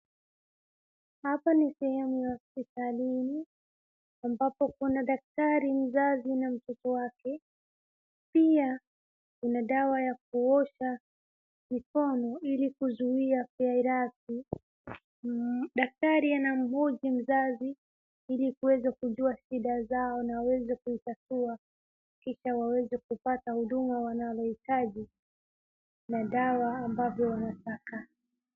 Hapa ni sehemu ya hospitalini, ambapo kuna daktari mzazi na mtoto wake, pia kuna dawa ya kuosha mkono ili kuzuia vairasi, daktari anamhoji mzazi ili kuweza kujua shida zao na waweze kuitatua kisha waweze kupata huduma wanazohitaji na dawa ambazo wanataka.